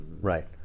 Right